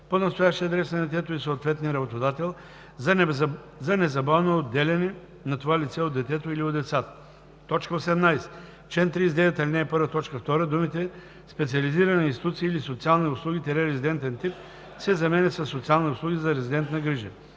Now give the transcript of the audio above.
по настоящия адрес на детето и съответния работодател за незабавно отделяне на това лице от детето или от децата.“ 18. В чл. 39, ал. 1, т. 2 думите „специализирани институции или социални услуги – резидентен тип“ се заменят със „социални услуги за резидентна грижа“.